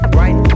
right